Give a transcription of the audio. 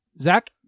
Zach